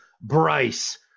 Bryce